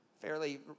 fairly